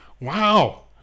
Wow